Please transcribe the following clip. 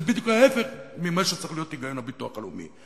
זה בדיוק ההיפך ממה שצריך להיות ההיגיון של הביטוח הלאומי,